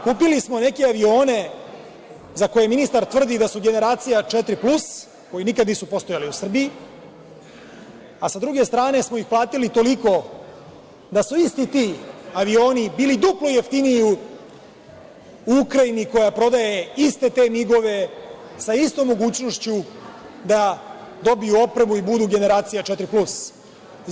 Kupili smo neke avione za koje ministar tvrdi da su generacija četiri plus, koji nikad nisu postojali u Srbiji, a sa druge strane smo ih platili toliko da su isti ti avioni bili duplo jeftiniji u Ukrajini, koja prodaje iste te migove, sa istom mogućnošću, da dobiju opremu i budu generacija četiri plus.